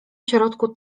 środku